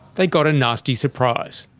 they got a nasty surprise.